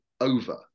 over